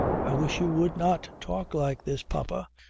i wish you would not talk like this, papa.